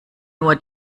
nur